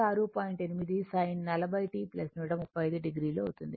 8 sin 40 t 135o అవుతుంది